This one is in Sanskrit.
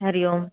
हरिः ओम्